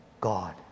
God